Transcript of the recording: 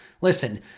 Listen